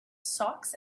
socks